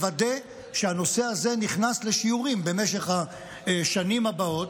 לוודא שהנושא הזה נכנס לשיעורין במשך השנים הבאות.